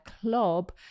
club